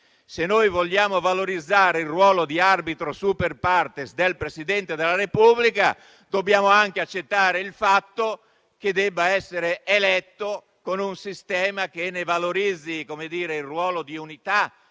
se vogliamo valorizzare il ruolo di arbitro *super partes* del Presidente della Repubblica, dobbiamo anche accettare il fatto che debba essere eletto con un sistema che ne valorizzi il ruolo di unità,